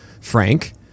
Frank